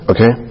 Okay